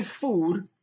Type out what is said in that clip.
food